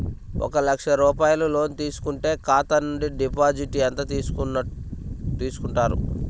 ఒక లక్ష రూపాయలు లోన్ తీసుకుంటే ఖాతా నుండి డిపాజిట్ ఎంత చేసుకుంటారు?